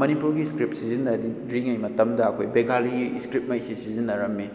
ꯃꯅꯤꯄꯨꯔꯒꯤ ꯏꯁꯀ꯭ꯔꯤꯞ ꯁꯤꯖꯤꯟꯅꯗ꯭ꯔꯤꯉꯩ ꯃꯇꯝꯗ ꯑꯩꯈꯣꯏ ꯕꯦꯡꯒꯥꯂꯤ ꯏꯁꯀ꯭ꯔꯤꯞ ꯉꯩꯁꯦ ꯁꯤꯖꯤꯟꯅꯔꯝꯃꯦ